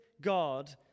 God